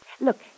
Look